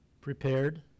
prepared